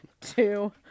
two